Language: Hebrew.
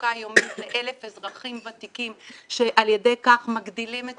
תעסוקה יומית ל-1,000 אזרחים ותיקים שעל ידי כך מגדילים את